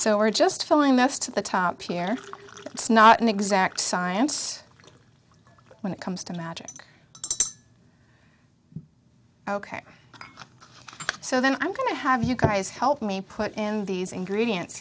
so we're just filling most of the top here it's not an exact science when it comes to magic ok so then i'm going to have you guys help me put in these ingredients